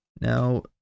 Now